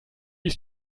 ist